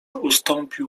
ustąpił